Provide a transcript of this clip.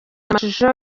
amashusho